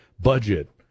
budget